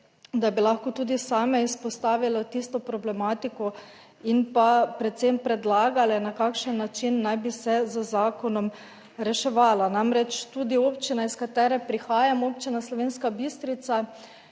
da bi lahko tudi same izpostavile tisto problematiko in pa predvsem predlagale, na kakšen način naj bi se z zakonom reševala. Namreč tudi občina iz katere prihajam, občina Slovenska Bistrica,